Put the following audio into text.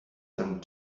some